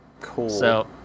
Cool